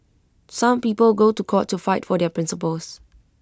some people go to court to fight for their principles